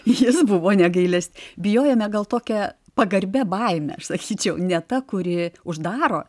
jis buvo ne gailest bijojome gal tokia pagarbia baime aš sakyčiau ne ta kuri uždaro